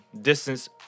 distance